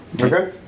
Okay